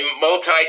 multi